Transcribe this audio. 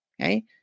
okay